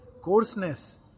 coarseness